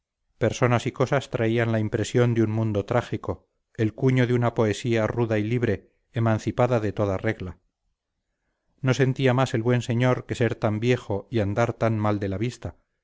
personas y cosas traían la impresión de un mundo trágico el cuño de una poesía ruda y libre emancipada de toda regla no sentía más el buen señor que ser tan viejo y andar tan mal de la vista